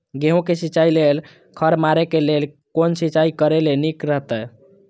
गेहूँ के सिंचाई लेल खर मारे के लेल कोन सिंचाई करे ल नीक रहैत?